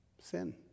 Sin